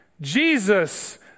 Jesus